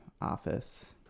Office